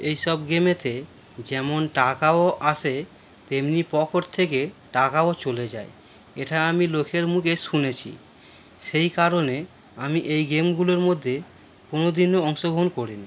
এইসব গেমেতে যেমন টাকাও আসে তেমনি পকেট থেকে টাকাও চলে যায় এটা আমি লোকের মুখে শুনেছি সেই কারণে আমি এই গেমগুলোর মধ্যে কোনও দিনও অংশগ্রহণ করিনি